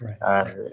right